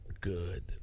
good